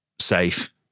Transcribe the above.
safe